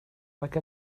like